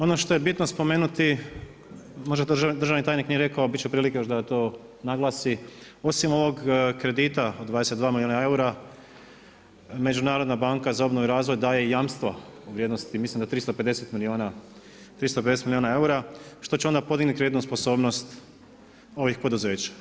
Ono što je bitno spomenuti možda državni tajnik nije rekao, bit će prilike da to naglasi, osim ovog kredita od 22 milijuna eura Međunarodna banka za obnovu i razvoj daje jamstvo u vrijednosti mislim da 350 milijuna eura, što će onda podignuti kreditnu sposobnost ovih poduzeća.